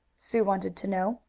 sue wanted to know.